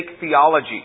theology